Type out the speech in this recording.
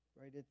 Right